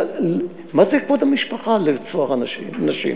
מה זה על כבוד המשפחה לרצוח נשים?